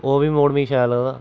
ओह् बी मोड मिगी शैल लगदा